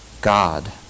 God